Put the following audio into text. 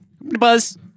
Buzz